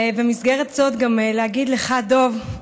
ובמסגרת זאת גם להגיד לך, דב,